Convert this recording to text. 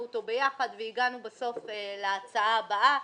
אותו ביחד והגענו בסוף להצעה הבאה.